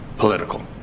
political.